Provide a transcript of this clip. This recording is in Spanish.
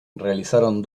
realizaron